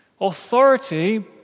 Authority